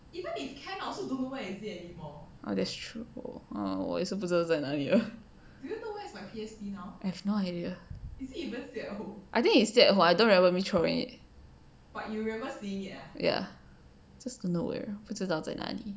oh that's true 我也不知道在哪里 I have no idea I think it's still at home I don't remember which cabinet ya just don't know where 不知道在哪里